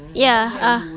ya ah